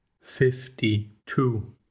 Fifty-two